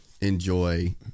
Enjoy